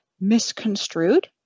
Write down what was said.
misconstrued